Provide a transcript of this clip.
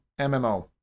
mmo